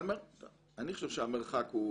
אני חושב שהמרחק זה